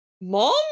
mom